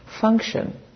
function